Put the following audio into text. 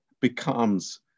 becomes